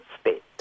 state